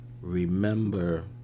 remember